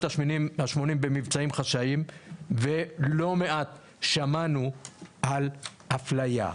ה-80 במבצעים חשאיים ולא מעט שמענו על אפליה,